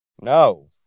No